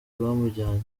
bamujyanye